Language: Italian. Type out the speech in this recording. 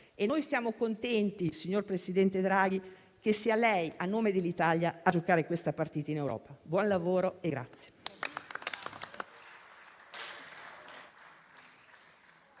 e noi siamo contenti, signor presidente Draghi, che sia lei, a nome dell'Italia, a giocare questa partita in Europa. Buon lavoro e grazie.